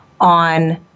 on